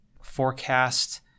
forecast